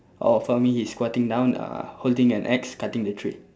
oh for me he's squatting down uh holding an axe cutting the tree